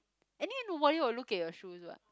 any nobody will look at your shoes what